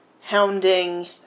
hounding